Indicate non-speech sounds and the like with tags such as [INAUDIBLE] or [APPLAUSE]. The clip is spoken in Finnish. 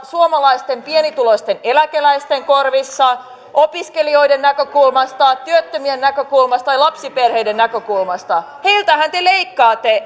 suomalaisten pienituloisten eläkeläisten korvissa opiskelijoiden näkökulmasta työttömien näkökulmasta tai lapsiperheiden näkökulmasta heiltähän te leikkaatte [UNINTELLIGIBLE]